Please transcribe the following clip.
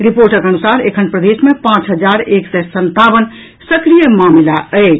रिपोर्टक अनुसार एखन प्रदेश मे पांच हजार एक सय संतावन सक्रिय मामिला अछि